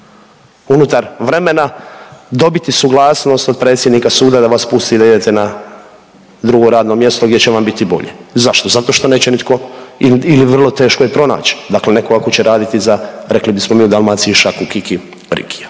unutar vremena, dobiti suglasnost od predsjednika suda da vas pusti da idete na drugo radno mjesto gdje će vam biti bolje, zašto? Zato što neće nitko ili vrlo teško je pronaći, dakle ako netko ako će raditi za, rekli bismo mi u Dalmaciji, šaku kikirikija.